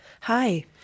Hi